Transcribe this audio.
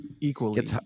equally